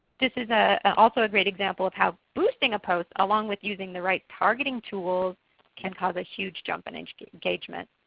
this is also a great example of how boosting a post, along with using the right targeting tool can cause a huge jump in and engagement.